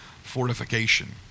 fortification